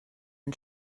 and